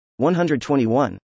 121